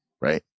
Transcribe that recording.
Right